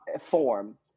form